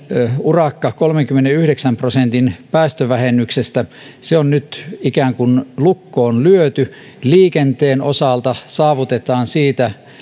urakka kolmenkymmenenyhdeksän prosentin päästövähennyksestä on nyt ikään kuin lukkoon lyöty liikenteen osalta saavutetaan siitä